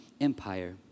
empire